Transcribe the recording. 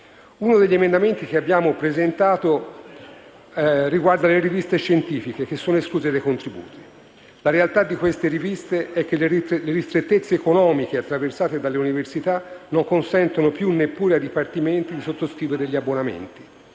Uno degli emendamenti che abbiamo presentato riguarda le riviste scientifiche, che sono escluse dai contributi. La realtà delle riviste scientifiche è che le ristrettezze economiche attraversate dalle università non consentono più neppure ai dipartimenti di sottoscrivere gli abbonamenti.